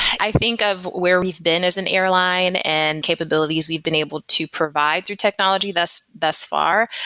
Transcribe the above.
i think of where we've been as an airline and capabilities we've been able to provide through technology thus thus far.